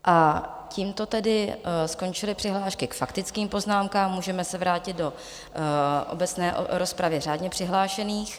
A tímto skončily přihlášky k faktickým poznámkám, můžeme se vrátit do obecné rozpravy řádně přihlášených.